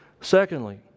Secondly